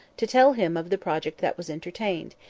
to tell him of the project that was entertained,